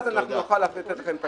אז אנחנו נוכל להפעיל את הקנסות.